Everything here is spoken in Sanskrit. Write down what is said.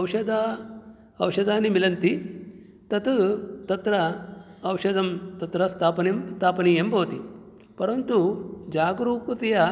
औषधं औषधानि मिलन्ति तत् तत्र औषधं तत्र स्थापनं स्थापनीयं भवति परन्तु जागरूकतया